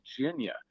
Virginia